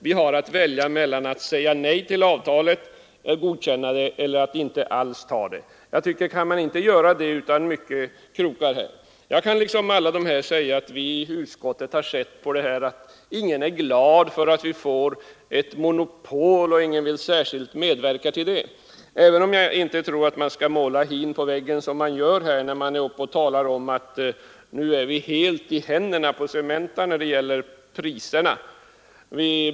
Vi har att välja mellan att godkänna avtalet och att helt förkasta det. Varför kan man inte utan omsvep erkänna detta? Jag kan liksom dessa tidigare talare säga, att ingen av oss som i utskottet trängt in i denna fråga är glad över att få ett monopol eller vill medverka till ett sådant. Men jag tycker inte att man skall måla hin på väggen på det sätt som man gör då man säger att vi nu skulle vara helt i händerna på Cementa när det gäller prissättningen.